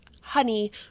honey